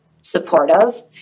supportive